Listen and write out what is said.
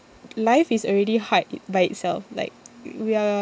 life is already hard it by itself like we are